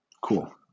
cool